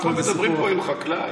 אנחנו מדברים פה עם חקלאי.